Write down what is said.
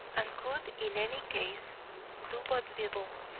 and could in any case do but little,